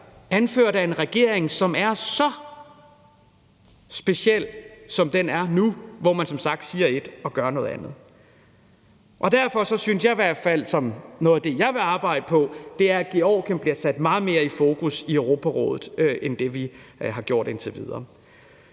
anført af en regering, som er så speciel, som den er nu, hvor man som sagt siger ét og gør noget andet. Derfor synes jeg i hvert fald som noget af det, jeg vil arbejde på, at Georgien skal sættes meget mere i fokus i Europarådet, end vi har gjort indtil videre.